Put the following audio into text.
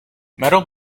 metal